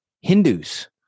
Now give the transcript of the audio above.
Hindus